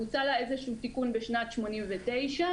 בוצע לה איזשהו תיקון בשנת 89',